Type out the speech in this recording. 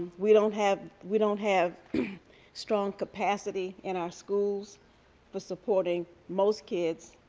we don't have we don't have strong capacity in our schools for supporting most kids,